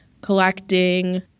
collecting